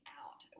out